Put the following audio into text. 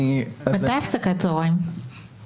אני אתייחס רק לדברים שפורסמו ולדברים שהתרחשו ושהיה עליהם פומבי.